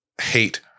hate